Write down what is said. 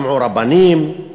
שמעו רבנים,